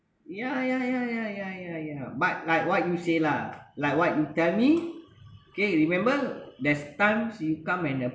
yeah yeah yeah yeah yeah yeah yeah but like what you say lah like what you tell me okay remember there's times you come and